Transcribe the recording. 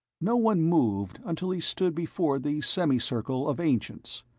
no one moved until he stood before the semicircle of ancients.